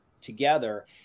together